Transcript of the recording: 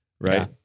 right